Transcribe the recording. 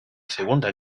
segunda